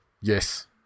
Yes